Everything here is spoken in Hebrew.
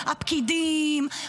הפקידים,